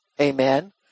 Amen